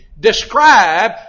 Describe